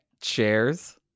Chairs